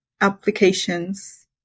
applications